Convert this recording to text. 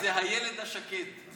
זה לא אילת שקד,